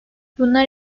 bunlar